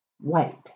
white